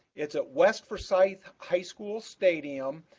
it's at west forsyth high school stadium.